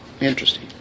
Interesting